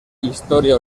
historia